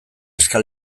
eska